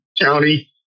county